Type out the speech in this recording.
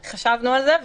חשבנו על זה,